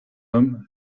homme